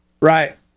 Right